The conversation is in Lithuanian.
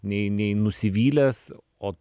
nei nei nusivylęs o